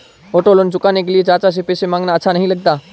auto loan चुकाने के लिए चाचा से पैसे मांगना अच्छा नही लगता